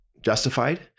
justified